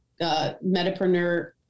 metapreneur